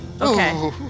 Okay